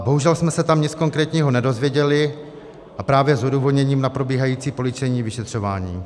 Bohužel jsme se tam nic konkrétního nedozvěděli právě s odůvodněním na probíhající policejní vyšetřování.